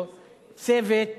צוות